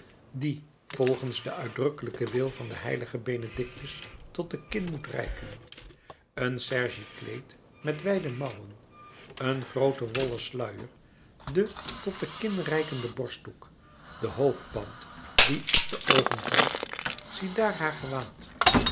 die volgens den uitdrukkelijker wil van den h benedictus tot de kin moet reiken een sergiekleed met wijde mouwen een groote wollen sluier de tot de kin reikende borstdoek de hoofdband die op de oogen valt ziedaar haar gewaad